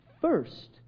First